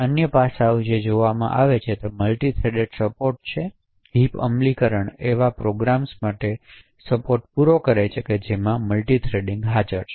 અન્ય પાસા જે જોવામાં આવે છે તે મલ્ટિથ્રેડેડ સપોર્ટ છે હિપ અમલીકરણ એવા પ્રોગ્રામ્સ માટે સપોર્ટ પૂરો કરી શકે છે જેમાં મલ્ટિથ્રેડિંગ હાજર છે